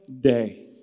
day